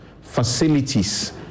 facilities